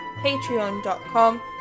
patreon.com